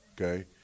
okay